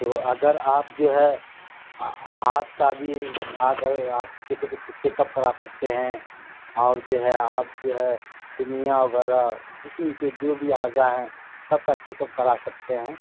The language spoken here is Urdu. تو اگر آپ جو ہے ہاٹ کا بھی آ کر آپ چیک چیک اپ کرا سکتے ہیں اور جو ہے آپ جو ہے گنیا وغیرہ جسم کے جو بھی اعضا ہیں سب کا چیک اپ کرا سکتے ہیں